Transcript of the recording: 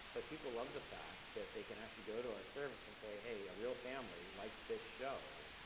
but people love the fact that they can actually go to our service and say, hey, a real family liked this show,